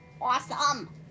awesome